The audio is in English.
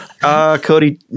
Cody